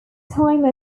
time